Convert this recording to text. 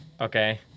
Okay